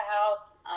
house